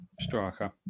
striker